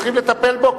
צריכים לטפל בו.